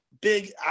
Big